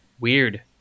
weird